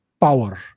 power